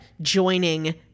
joining